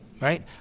right